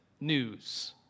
news